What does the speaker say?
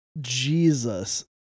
Jesus